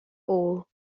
pole